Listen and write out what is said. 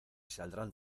saldrán